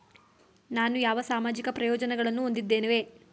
ನಾವು ಯಾವ ಸಾಮಾಜಿಕ ಪ್ರಯೋಜನಗಳನ್ನು ಹೊಂದಿದ್ದೇವೆ?